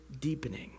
deepening